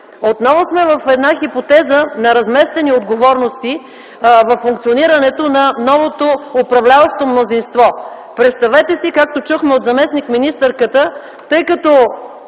Отново сме в хипотеза на разместени отговорности във функционирането на новото управляващо мнозинство. Представете си, както чухме от заместник-министърката, тъй като